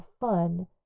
fun